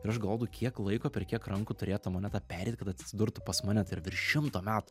ir aš galvodavau kiek laiko per kiek rankų turėjo ta moneta pereit kad atsidurtų pas mane tai yra virš šimto metų